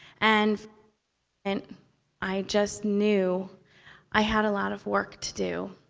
and and i just knew i had a lot of work to do,